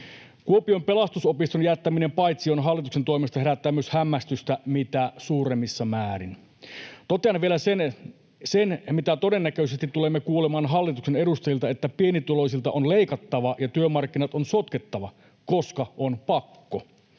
Kuopion Pelastusopiston jättäminen paitsioon hallituksen toimesta herättää myös hämmästystä mitä suurimmassa määrin. Totean vielä sen, mitä todennäköisesti tulemme kuulemaan hallituksen edustajilta: että ”pienituloisilta on leikattava ja työmarkkinat on sotkettava, koska on pakko”.